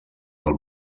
del